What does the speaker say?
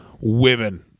women